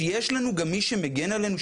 שיש לנו גם מי שמגן עלינו,